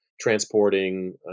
Transporting